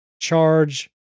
charge